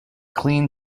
clean